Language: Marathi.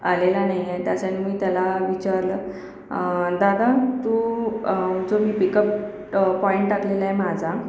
आलेला नाही आहे त्याच्यानी मी त्याला विचारलं दादा तू जो पिकप पॉइंट टाकलेला आहे माझा